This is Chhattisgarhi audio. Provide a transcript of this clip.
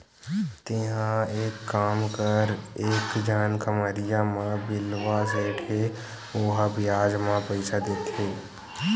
तेंहा एक काम कर एक झन खम्हरिया म बिलवा सेठ हे ओहा बियाज म पइसा देथे